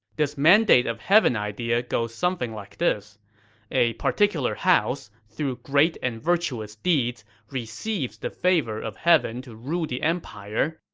this mandate-of-heaven idea goes something like this a particular house, through great and virtuous deeds, receives the favor of heaven to rule the empire,